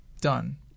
done